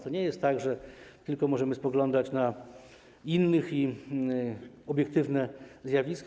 To nie jest tak, że tylko możemy spoglądać na innych i obiektywne zjawiska.